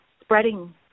spreading